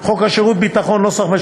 81. חוק איסור קבלת ביטחונות מעובד,